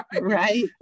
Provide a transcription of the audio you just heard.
right